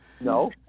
no